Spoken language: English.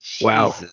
Wow